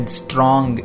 strong